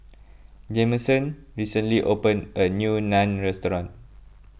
Jameson recently opened a new Naan restaurant